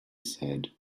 said